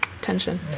tension